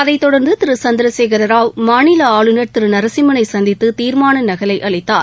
அதைத் தொடர்ந்து திரு சந்திரசேகர ராவ் மாநில ஆளுநர் திரு இ எஸ் எல் நரசிம்மனை சந்தித்து தீர்மான நகலை அளித்தார்